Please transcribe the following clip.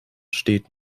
steht